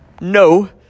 no